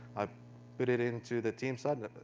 i put it into the team site,